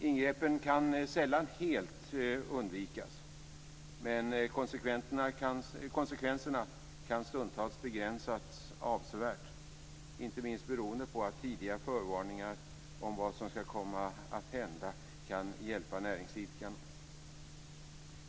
Ingreppen kan sällan helt undvikas, men konsekvenserna kan stundtals begränsas avsevärt, inte minst beroende på att tidiga förvarningar om vad som skall komma att hända kan hjälpa näringsidkarna.